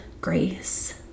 grace